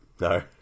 No